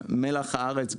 מלח הארץ,